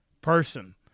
person